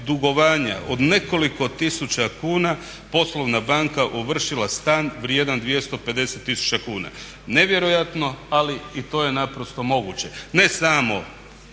dugovanja od nekoliko tisuća kuna poslovna banka ovršila stan vrijedan 250 000 kuna. Nevjerojatno, ali i to je naprosto moguće, ne samo